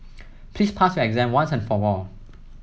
please pass your exam once and for all